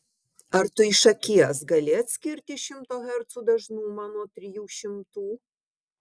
ar tu iš akies gali atskirti šimto hercų dažnumą nuo trijų šimtų